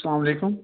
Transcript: اَسلامُ عَلیکُم